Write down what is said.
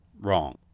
wrong